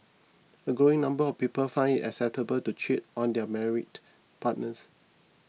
a growing number of people find it acceptable to cheat on their married partners